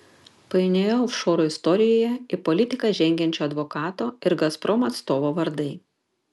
painioje ofšorų istorijoje į politiką žengiančio advokato ir gazprom atstovo vardai